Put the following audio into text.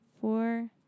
four